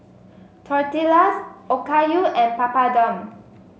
Tortillas Okayu and Papadum